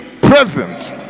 present